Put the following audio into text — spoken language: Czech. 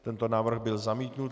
Tento návrh byl zamítnut.